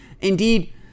indeed